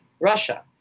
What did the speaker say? Russia